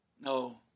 No